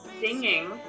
singing